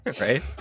right